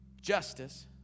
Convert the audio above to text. justice